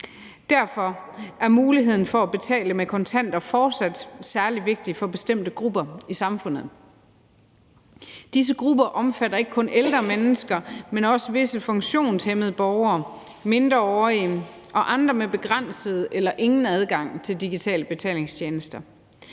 Derfor er muligheden for at betale med kontanter fortsat særlig vigtig for bestemte grupper i samfundet. Disse grupper omfatter ikke kun ældre mennesker, men også visse funktionshæmmede medborgere, mindreårige og andre med begrænset eller ingen adgang til digitale betalingstjenester.